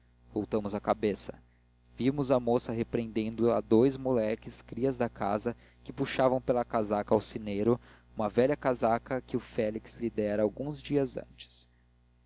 voltamos a cabeça vimos a moça repreendendo a dous moleques crias da casa que puxavam pela casaca ao sineiro uma velha casaca que o félix lhe dera alguns dias antes